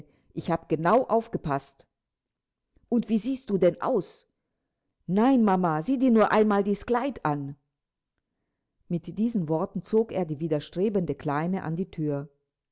ich hab genau aufgepaßt und wie siehst du denn aus nein mama sieh dir nur einmal dies kleid an mit diesen worten zog er die widerstrebende kleine an die thür